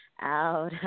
Out